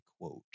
quote